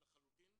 לחלוטין,